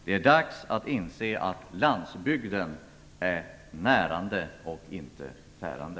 Det är dags att inse att landsbygden är närande, inte tärande!